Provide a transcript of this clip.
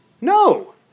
No